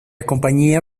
compañía